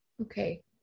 Okay